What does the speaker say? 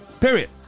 Period